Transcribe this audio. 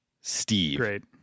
Steve